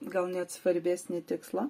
gal net svarbesnį tikslą